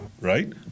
right